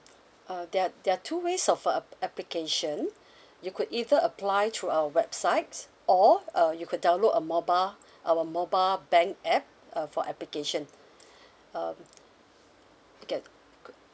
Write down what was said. uh there're there are two ways of uh application you could either apply through our websites or uh you could download a mobile our mobile bank app uh for application um okay